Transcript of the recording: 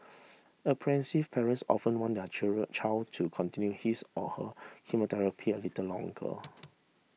apprehensive parents often want their child to continue his or her chemotherapy a little longer